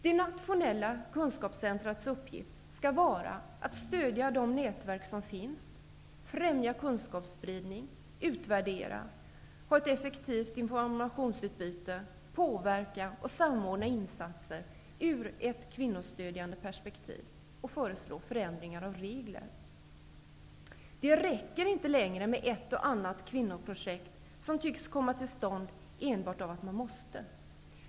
Det nationella kunskapscentrumets uppgift skall vara att stödja de nätverk som finns, främja kunskapsspridning, utvärdera, ha ett effektivt informationsutbyte, påverka och samordna insatser i ett kvinnostödjande perspektiv, föreslå ändringar av regler m.m. Det räcker inte längre med ett och annat kvinnoprojekt, som tycks komma till stånd enbart därför att det är ett måste.